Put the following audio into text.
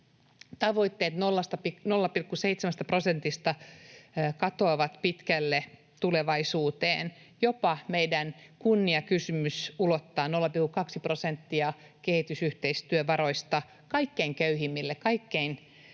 tavoitteet 0,7 prosentista katoavat pitkälle tulevaisuuteen. Jopa meidän kunniakysymys ulottaa 0,2 prosenttia kehitysyhteistyövaroista kaikkein köyhimmille, kaikkein heikoimmille